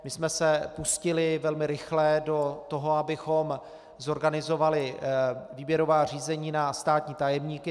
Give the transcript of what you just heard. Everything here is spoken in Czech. My jsme se pustili velmi rychle do toho, abychom zorganizovali výběrová řízení na státní tajemníky.